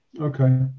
Okay